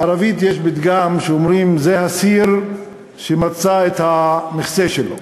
בערבית יש פתגם שאומרים: זה הסיר שמצא את המכסה שלו.